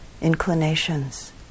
inclinations